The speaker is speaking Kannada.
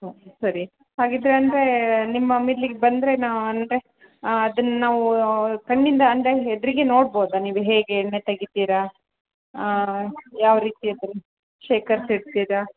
ಓಕೆ ಸರಿ ಹಾಗಿದೆ ಅಂದರೆ ನಿಮ್ಮ ಮಿಲ್ಲಿಗೆ ಬಂದರೆ ನಾ ಅಂದರೆ ಅದನ್ನು ನಾವು ಕಣ್ಣಿಂದ ಅಂದರೆ ಎದುರಿಗೆ ನೋಡ್ಬೊದಾ ನೀವು ಹೇಗೆ ಎಣ್ಣೆ ತೆಗಿತೀರ ಯಾವ ರೀತಿ ಅದ್ರ್ನ ಶೇಖರಿಸಿಡ್ತಿರಾ